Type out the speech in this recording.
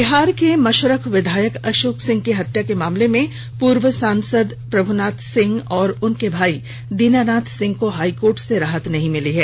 बिहार के मशरख विधायक अशोक सिंह की हत्या के मामले में पूर्व सांसद प्रभ्नाथ सिंह और उनके भाई दीनानाथ सिंह को हाई कोर्ट से राहत नहीं मिली है